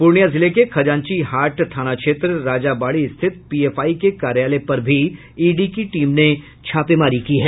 पूर्णिया जिले के खजांची हाट थाना क्षेत्र राजाबाड़ी स्थित पीएफआई के कार्यालय पर भी ईडी की टीम ने छापेमारी की है